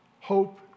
hope